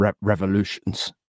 revolutions